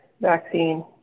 vaccine